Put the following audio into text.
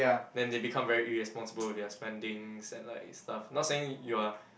then they become very irresponsible with their spendings and like stuff not saying you are